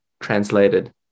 translated